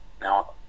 now